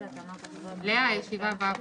הישיבה ננעלה